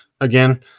again